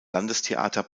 landestheater